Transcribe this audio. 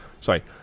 sorry